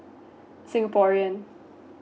singaporean